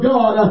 God